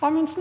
(FrP)